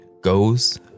goes